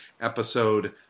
episode